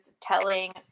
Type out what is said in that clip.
telling